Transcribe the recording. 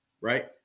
right